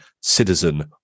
citizen